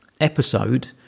episode